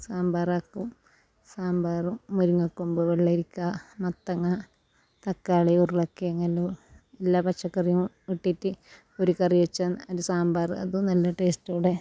സാമ്പാറാക്കും സാമ്പാറും മുരിങ്ങക്കുമ്പ് വെള്ളരിക്ക മത്തങ്ങാ തക്കാളി ഉരുളക്കിഴങ്ങ് എല്ലാ എല്ലാ പച്ചക്കറികളും ഇട്ടിറ്റ് ഒരു കറി വെച്ചാൽ അതിൻ്റെ സാമ്പാറ് അതു നല്ല ടെസ്റ്റോടെ